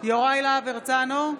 יוראי להב הרצנו,